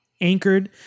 anchored